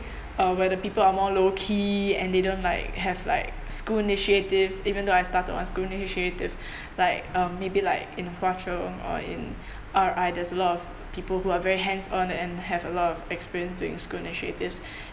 where the people are more lowkey and don't like have like school initiatives even though I started one school initiative like uh maybe like in hwa chong or in R_I there's a lot of people who are very hands-on and have a lot of experience during school initiatives